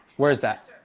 where is that? ooh,